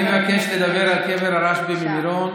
אני מבקש לדבר על קבר הרשב"י במירון,